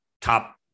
top